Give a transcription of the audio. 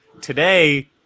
Today